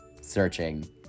searching